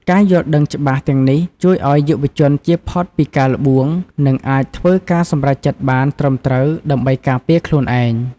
ការយល់ដឹងច្បាស់លាស់នេះ ជួយឲ្យយុវជនចៀសផុតពីការល្បួង និងអាចធ្វើការសម្រេចចិត្តបានត្រឹមត្រូវដើម្បីការពារខ្លួនឯង។